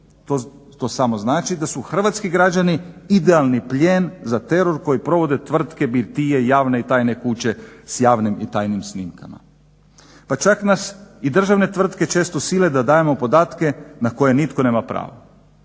To samo znači da su Hrvatski građani idealni plijen za teror koji provode tvrtke, birtije, javne i tajne kuće, s javnim i tajnim snimkama. Pa čak nas i državne tvrtke često sile da dajemo podatke na koje nitko nema pravo.